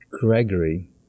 Gregory